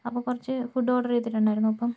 അപ്പോൾ കുറച്ച് food order ചെയ്തിട്ടുണ്ടായിരുന്നു അപ്പോൾ